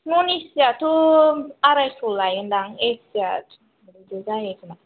न'न एसियाआथ' आरायस' लायोनदां एसिया तिनस' बिदि जाहैयो खोमा